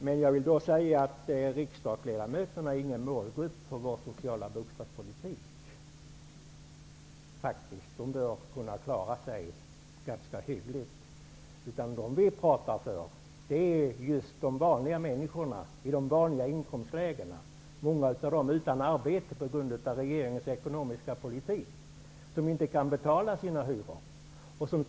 Men då vill jag betona att riksdagsledamöterna faktiskt inte är någon målgrupp för vår sociala bostadspolitik. De borde kunna klara sig ganska hyggligt. De människor som vi pratar för är just de vanliga människorna i de vanliga inkomstlägena. Många av dem är utan arbete på grund av regeringens ekonomiska politik och kan inte betala sina hyror.